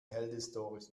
heldenstorys